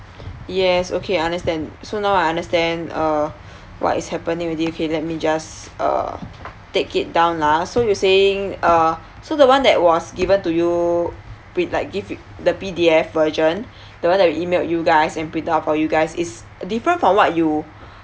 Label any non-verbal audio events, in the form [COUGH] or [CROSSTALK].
yes okay I understand so now I understand uh what is happening already okay let me just uh take it down lah ah so you saying uh so the one that was given to you we like give you the P_D_F version [BREATH] the one that we emailed you guys and print out for you guys is different from what you